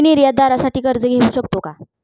मी निर्यातदारासाठी कर्ज घेऊ शकतो का?